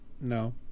No